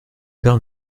père